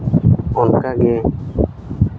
ᱚᱱᱠᱟ ᱜᱮ